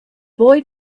boy